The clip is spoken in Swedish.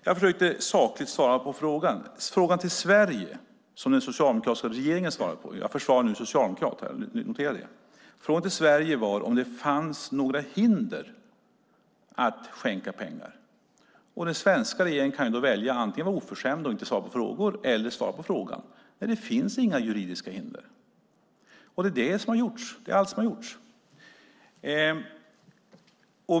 Jag försökte sakligt svara på frågan. Frågan till Sverige, som den socialdemokratiska regeringen svarade på - jag försvarar socialdemokrater här, notera det - var om det fanns några hinder för att skänka pengar. Den svenska regeringen kunde då välja att antingen vara oförskämd och inte svara på frågan eller att svara på den. Det finns inga juridiska hinder. Detta är allt som har gjorts.